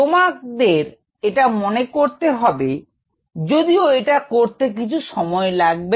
তোমাদের এটা মনে করতে হবে যদিও এটা করতে কিছু সময় লাগবে